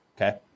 Okay